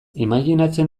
imajinatzen